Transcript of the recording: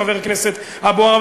חבר הכנסת אבו עראר,